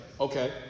Okay